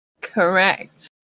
Correct